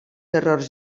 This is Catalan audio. errors